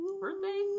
birthday